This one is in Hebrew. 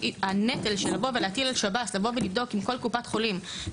הנטל של לבוא ולהטיל על שב"ס לבוא ולבדוק עם כל קופת חולים,